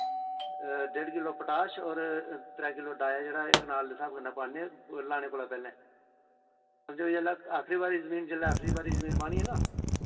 होर डेढ किलो पटाश और त्रै किलो डाया जेह्ड़ा ऐ एह् कनाल से स्हाब कन्नै पान्नें लाने कोला पैह्लें समझो जिल्लै आखरी बारी जमीन जिल्लै आखरी बारी जमीन बाह्नी ऐ ना